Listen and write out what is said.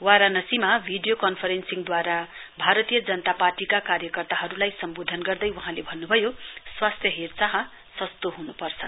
वाराणसीमा video कन्फरेन्सिङद्वारा भारतीय जनता पार्टीका कार्यकर्ताहरुलाई सम्वोधन गर्दै वहाँले भन्नुभयो स्वास्थ्य हेरचाह सस्तो हन्पर्छ